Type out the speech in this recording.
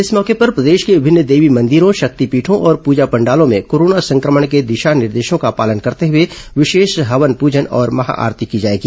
इस मौके पर प्रदेश के विभिन्न देवी मंदिरों शक्तिपीठों और पूजा पंडालों में कोरोना संक्रमण के दिशा निर्देशों का पालन करते हुए विशेष हवन पूजन और महाआरती की जाएगी